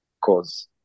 cause